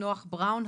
נח בראון,